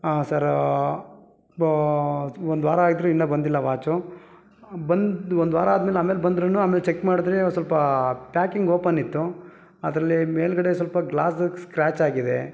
ಹಾಂ ಸರ್ ವ ಒಂದು ವಾರ ಆದ್ರು ಇನ್ನು ಬಂದಿಲ್ಲ ವಾಚು ಬಂದು ಒಂದು ವಾರ ಆದಮೇಲೆ ಆಮೇಲೆ ಬಂದ್ರೂ ಆಮೇಲೆ ಚೆಕ್ ಮಾಡಿದರೆ ಸ್ವಲ್ಪ ಪ್ಯಾಕಿಂಗ್ ಓಪನ್ ಇತ್ತು ಅದರಲ್ಲಿ ಮೇಲ್ಗಡೆ ಸ್ವಲ್ಪ ಗ್ಲಾಸ್ಗೆ ಸ್ಕ್ರ್ಯಾಚ್ ಆಗಿದೆ